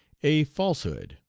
a falsehood.